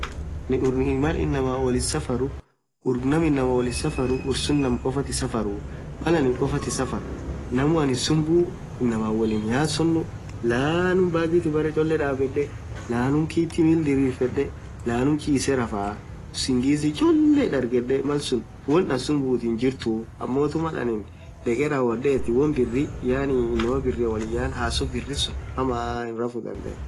Ann urru Naam inamaan wolinn safaruuu ursun Naamm khofaathi safaruuu Mal anin khoftii safar namuu anin sumbuuu inamaan wolin hihasonuu laaanum baghi tii berre cholee dhabedhe laaanum kitti mil dhirfedhe laam chisee rafaaa usingizi cholee dhargedhe malsun won Ann sumbuthu hinjirtuu ammothu mal anin dhege rawodhetu won birri yaani inamaan birri wolin yann hassoo biri suun haamaa hirafuu